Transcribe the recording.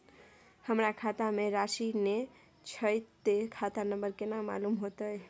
हमरा खाता में राशि ने छै ते खाता नंबर केना मालूम होते?